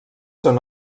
són